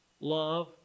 Love